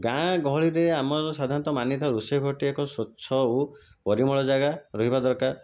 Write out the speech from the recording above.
ଗାଁଗହଳିରେ ଆମର ସାଧାରଣତଃ ମାନିଥାଉ ରୋଷେଇଘରଟି ଏକ ସ୍ଵଚ୍ଛ ଓ ପରିମଳ ଜାଗା ରହିବା ଦରକାର